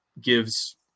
gives